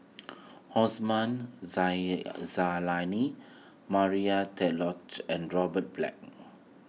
Osman Zailani Maria and Robert Black